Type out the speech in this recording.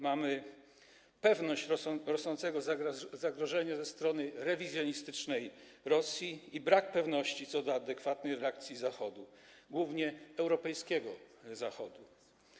Mamy pewność co do rosnącego zagrożenia ze strony rewizjonistycznej Rosji i brak pewności co do adekwatnej reakcji Zachodu, głównie europejskiego Zachodu.